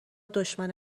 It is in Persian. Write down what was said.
دشمن